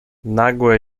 nagłe